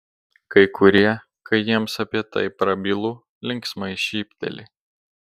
kai kurie kai jiems apie tai prabylu linksmai šypteli